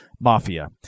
mafia